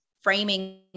framing